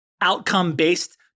outcome-based